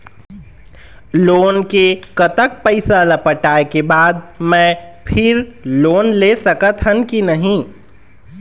Loan के कतक पैसा ला पटाए के बाद मैं फिर लोन ले सकथन कि नहीं?